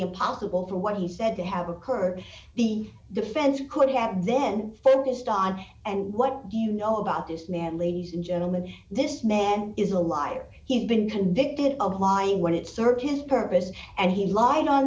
impossible for what he said to have occurred the defense could have then focused on and what do you know about this man ladies and gentlemen this man is a liar he's been convicted of lying when it search his purpose and he lied on